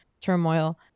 turmoil